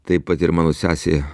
taip pat ir mano sesė